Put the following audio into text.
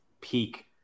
peak